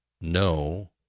no